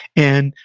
and,